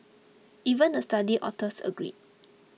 even the study authors agreed